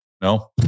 No